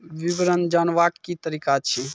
विवरण जानवाक की तरीका अछि?